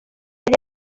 yari